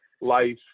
life